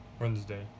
Wednesday